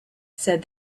said